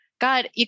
God